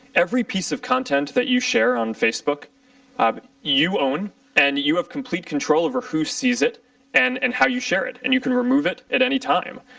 every piece of content that you share on facebook um you own and you have complete control over who see s it and and how you share it. and you can remove it at anytime.